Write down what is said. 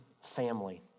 family